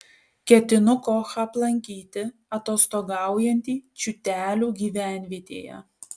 ketinu kochą aplankyti atostogaujantį čiūtelių gyvenvietėje